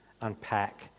unpack